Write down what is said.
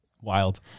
Wild